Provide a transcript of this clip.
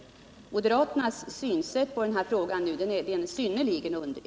Moderaternas synsätt är uppseendeväckande.